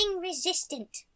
resistant